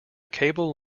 cable